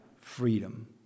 freedom